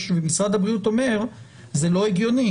משרד הבריאות אומר שזה לא הגיוני.